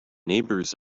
neighbors